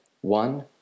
One